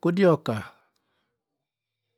ko odik oka.